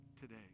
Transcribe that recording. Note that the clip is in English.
today